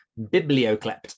biblioclept